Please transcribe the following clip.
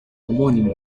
homónimo